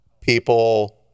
people